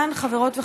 כאן, חברות וחברים,